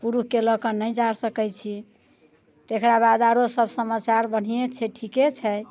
पुरुषके लऽके नहि जा सकै छी तकरा बाद आरो सब समाचार बन्हिये छै ठीके छै